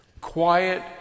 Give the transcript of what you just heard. Quiet